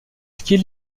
skier